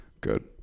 Good